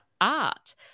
art